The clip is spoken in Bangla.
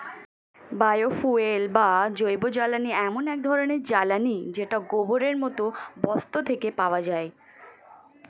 বায়ো ফুয়েল বা জৈবজ্বালানী এমন এক ধরণের জ্বালানী যেটা গোবরের মতো বস্তু থেকে পাওয়া যায়